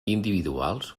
individuals